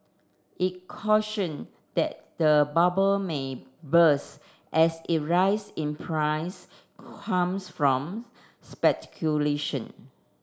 it cautioned that the bubble may burst as it rise in price comes from speculation